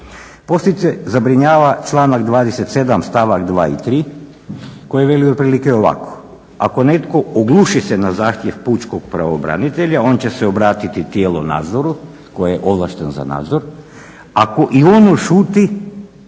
Posebice zabrinjava članak 27. stavak 2. i 3. koji veli otprilike ovako. Ako netko ogluši se na zahtjev pučkog pravobranitelja on će se obratiti tijelu nadzora koje je ovlašteno za nadzor, ako i ono šuti